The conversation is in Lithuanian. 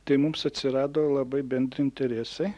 tai mums atsirado labai bendri interesai